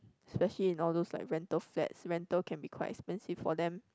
especially in all those like rental flats rental can be quite expensive for them